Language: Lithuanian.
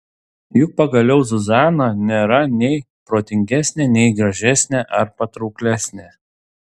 juk pagaliau zuzana nėra nei protingesnė nei gražesnė ar patrauklesnė